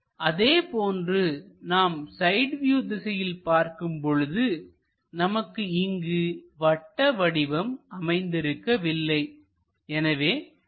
அதேபோன்று நாம் side view திசையில் பார்க்கும் பொழுது நமக்கு இங்கு வட்ட வடிவம் அமைந்திருக்கவில்லை